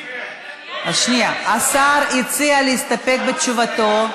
השר הציע להסתפק בתשובתו.